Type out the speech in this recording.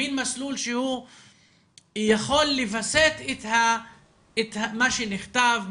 מין מסלול שיכול לווסת את מה שנכתב,